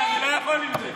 אני לא יכול עם זה.